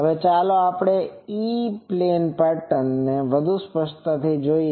હવે ચાલો હવે આ ઇ પ્લેન પેટર્ન ને વધુ સ્પષ્ટતાથી જોઈએ